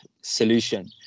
solution